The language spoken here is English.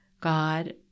God